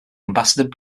ambassador